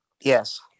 Yes